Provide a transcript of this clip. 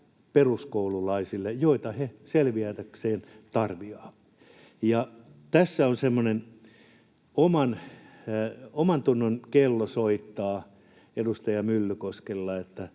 peruskoululaisillemme, jota he selvitäkseen tarvitsevat. Tässä semmoinen omantunnon kello soittaa edustaja Myllykoskella: